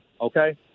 okay